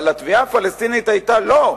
אבל התביעה הפלסטינית היתה: לא,